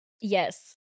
Yes